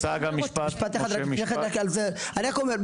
אני רק אומר,